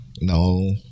No